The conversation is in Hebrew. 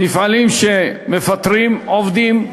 מפעלים שמפטרים עובדים.